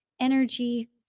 energy